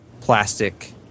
plastic